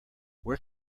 where